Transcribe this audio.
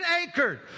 anchored